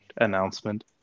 announcement